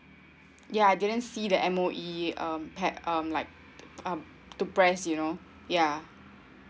ya I didn't see the M_O_E um pad um like um to press you know ya